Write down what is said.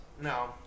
No